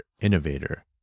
Innovator